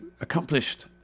accomplished